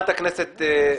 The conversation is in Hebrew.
תודה, אדוני.